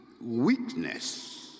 Weakness